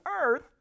earth